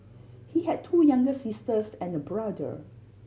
he had two younger sisters and a brother